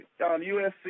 USC